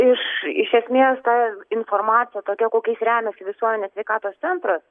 iš iš esmės ta informacija tokia kokiais remiasi visuomenės sveikatos centras